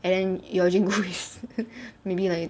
and then yeo jin-goo is maybe like